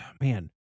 man